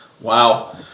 Wow